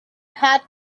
had